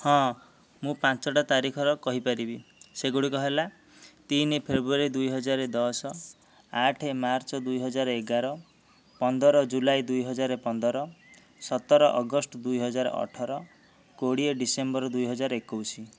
ହଁ ମୁଁ ପାଞ୍ଚଟା ତାରିଖର କହିପାରିବି ସେଗୁଡ଼ିକ ହେଲା ତିନି ଫେବୃୟାରୀ ଦୁଇହଜାର ଦଶ ଆଠ ମାର୍ଚ୍ଚ ଦୁଇହଜାର ଏଗାର ପନ୍ଦର ଜୁଲାଇ ଦୁଇହଜାର ପନ୍ଦର ସତର ଅଗଷ୍ଟ ଦୁଇହଜାର ଅଠର କୋଡ଼ିଏ ଡିସେମ୍ବର ଦୁଇହଜାର ଏକୋଇଶ